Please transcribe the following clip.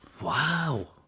Wow